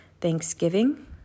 Thanksgiving